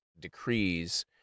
decrees